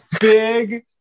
Big